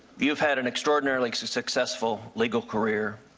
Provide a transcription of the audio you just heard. you've had an extraordinary like so successful legal career.